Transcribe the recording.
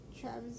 Travis